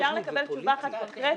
אפשר לקבל תשובה אחת קונקרטית?